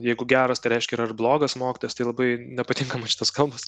jeigu geras tai reiškia yra ir blogas mokytojas tai labai nepatinka man šitos kalbos